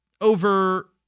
over